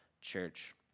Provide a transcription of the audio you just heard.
church